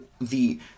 the-